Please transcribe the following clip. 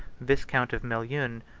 viscount of melun,